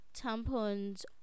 tampons